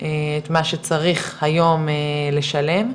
את מה שצריך היום לשלם,